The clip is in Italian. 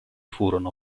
furono